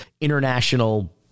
international